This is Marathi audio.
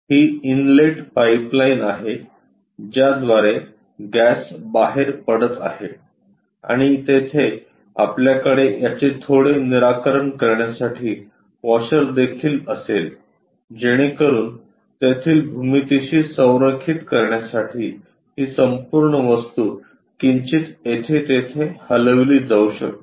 ही इनलेट पाइपलाइन आहे ज्याद्वारे गॅस बाहेर पडत आहे आणि येथे आपल्याकडे याचे थोडे निराकरण करण्यासाठी वॉशर देखील असेल जेणेकरून येथील भूमितीशी संरेखित करण्यासाठी ही संपूर्ण वस्तू किंचित येथे तेथे हलवली जाऊ शकते